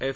F